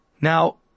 Now